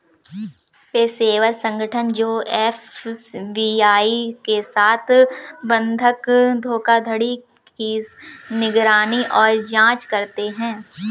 पेशेवर संगठन जो एफ.बी.आई के साथ बंधक धोखाधड़ी की निगरानी और जांच करते हैं